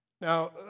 Now